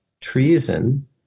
treason